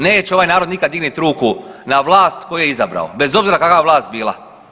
Neće ovaj narod nikad dignut ruku na vlast koju je izabrao bez obzira kakva vlast bila.